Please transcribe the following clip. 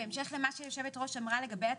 בהמשך למה שיושבת הראש אמרה לגבי התנאים,